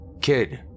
Kid